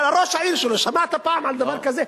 על ראש העיר שלו, שמעת פעם על דבר כזה?